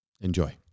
Enjoy